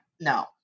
no